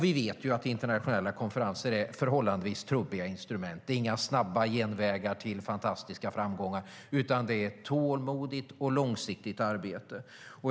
Vi vet att internationella konferenser är förhållandevis trubbiga instrument. Det är inga snabba genvägar till fantastiska framgångar, utan det är ett tålmodigt och långsiktigt arbete.